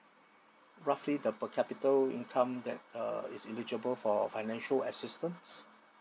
roughly the per capita income that uh is eligible for financial assistance